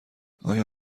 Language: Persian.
آیا